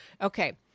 Okay